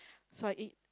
so I eat